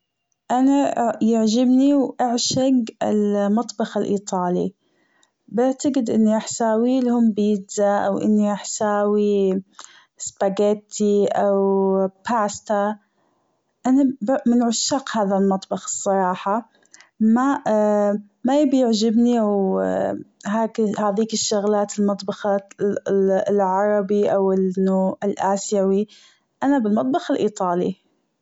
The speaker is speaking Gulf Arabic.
أنا يعجبني وأعشج المطبخ الإيطالي بعتجد أني راح ساويلهم بيتزا أو إني راح ساوي اسباجيتي أو باستا أنا ب- من عشاق هذا المطبخ الصراحة ما- مابيعجبني أو هاك- هاديك الشغلات المطبخات العربي أو الآسيوي أنا بالمطبخ الإيطالي.